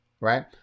right